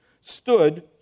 stood